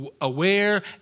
aware